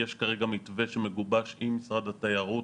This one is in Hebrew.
יש כרגע מתווה שמגובש עם משרד התיירות